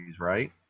right